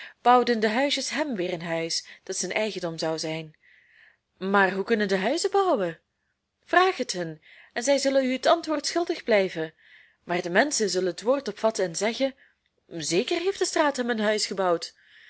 bouwden de huisjes hem weer een huis dat zijn eigendom zou zijn maar hoe kunnen de huizen bouwen vraag het hun en zij zullen u het antwoord schuldig blijven maar de menschen zullen het woord opvatten en zeggen zeker heeft de straat hem een huis gebouwd